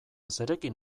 zerekin